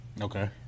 Okay